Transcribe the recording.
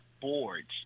boards